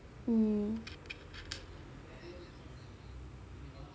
mm